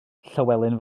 llywelyn